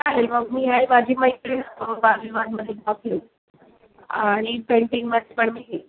चालेल मग मी आणि माझी मैत्रीण वादविवादमध्ये भाग घेऊ आणि पेंटिंगमध्ये पण मी घेईन